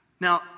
Now